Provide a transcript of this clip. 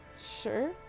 Sure